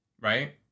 Right